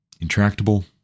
intractable